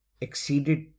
exceeded